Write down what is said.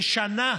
לשנה.